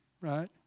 right